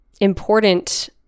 important